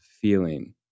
feeling